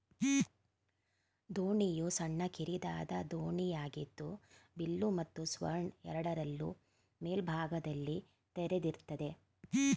ದೋಣಿಯು ಸಣ್ಣ ಕಿರಿದಾದ ದೋಣಿಯಾಗಿದ್ದು ಬಿಲ್ಲು ಮತ್ತು ಸ್ಟರ್ನ್ ಎರಡರಲ್ಲೂ ಮೇಲ್ಭಾಗದಲ್ಲಿ ತೆರೆದಿರ್ತದೆ